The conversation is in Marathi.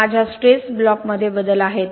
पण माझ्या स्ट्रेस ब्लॉकमध्ये बदल आहेत